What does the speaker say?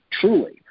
truly